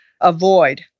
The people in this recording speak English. avoid